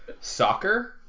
soccer